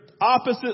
opposite